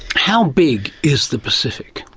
how big is the pacific?